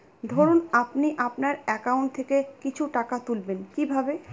ধরুন আপনি আপনার একাউন্ট থেকে কিছু টাকা তুলবেন কিভাবে?